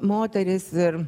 moterys ir